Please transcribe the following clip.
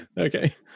Okay